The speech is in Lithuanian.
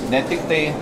ne tiktai